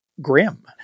grim